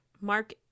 Mark